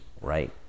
right